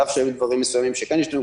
על אף שהיו דברים מסוימים שכן השתנו,